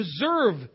deserve